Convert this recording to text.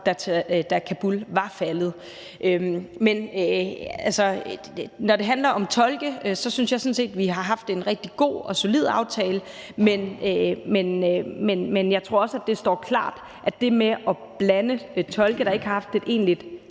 da Kabul var faldet. Men altså, når det handler om tolke, synes jeg sådan set at vi har haft en rigtig god og solid aftale, men jeg tror også, at det står klart, at i forhold til det med at blande tolke, der ikke har haft et egentligt